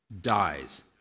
dies